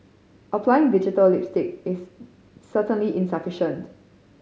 applying digital lipstick is certainly insufficient